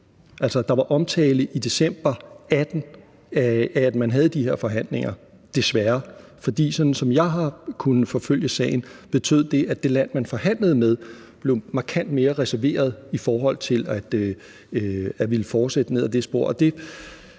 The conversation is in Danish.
der var omtale i december 2018 af, at man havde de her forhandlinger, desværre. For sådan som jeg har kunnet forfølge sagen, betød det, at det land, man forhandlede med, blev markant mere reserveret i forhold til at ville fortsætte ned ad det spor.